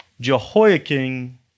Jehoiakim